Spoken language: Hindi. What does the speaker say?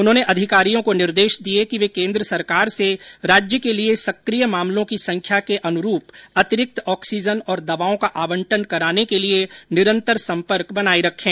उन्होंने अधिकारियों को निर्देश दिए कि वे केंद्र सरकार से राज्य के लिए सक्रिय मामलों की संख्या के अनुरूप अतिरिक्त ऑक्सीजन और दवाओं का आवंटन कराने के लिए निरंतर सम्पर्क बनाए रखें